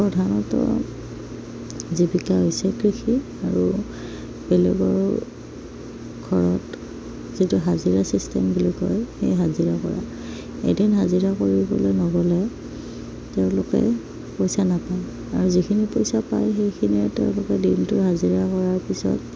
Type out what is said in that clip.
প্ৰধানত জীৱিকা হৈছে কৃষি আৰু বেলেগৰ ঘৰত যিটো হাজিৰা চিষ্টেম বুলি কয় সেই হাজিৰা কৰা এদিন হাজিৰা কৰিবলৈ নগ'লে তেওঁলোকে পইচা নাপায় আৰু যিখিনি পইচা পায় সেইখিনিয়ে তেওঁলোকে দিনটো হাজিৰা কৰাৰ পিছত